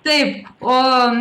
taip o